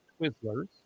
Twizzlers